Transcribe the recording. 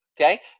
Okay